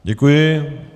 Děkuji.